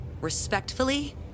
respectfully